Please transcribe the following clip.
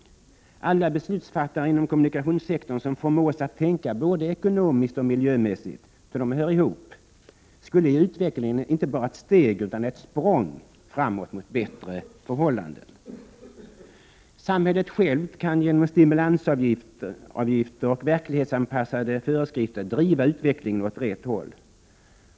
Om alla beslutsfattare inom kommunikationssektorn kunde förmås att tänka både ekonomiskt och miljömässigt —- ty det hör ihop — skulle det föra utvecklingen inte bara ett steg utan ett språng framåt mot bättre förhållanden. Samhället självt kan genom stimulanser, avgifter och verklighetsanpassade föreskrifter driva utvecklingen åt rätt håll.